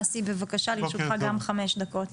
אסי בבקשה יש לרשותך 5 דקות.